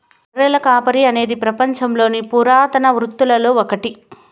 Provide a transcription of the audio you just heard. గొర్రెల కాపరి అనేది పపంచంలోని పురాతన వృత్తులలో ఒకటి